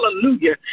hallelujah